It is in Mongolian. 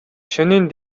шөнийн